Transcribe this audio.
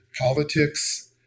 politics